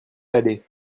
aller